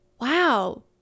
wow